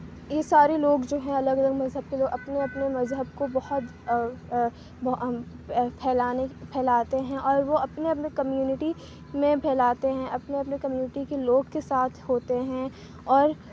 یہ سارے لوگ جو ہیں الگ الگ مذہب کے جو اپنے اپنے مذہب کو بہت پھیلانے پھیلاتے ہیں اور وہ اپنے اپنے کمیونٹی میں پھیلاتے ہیں اپنے اپنے کمیونٹی کے لوگ کے ساتھ ہوتے ہیں اور